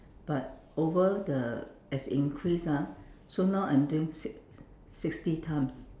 but over the as it increase ah so now I'm doing six~ sixty time